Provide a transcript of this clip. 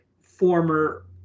former